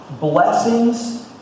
blessings